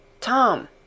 TOM